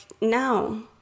no